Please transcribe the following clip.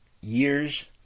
years